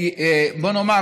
בוא נאמר,